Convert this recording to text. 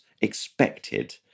expected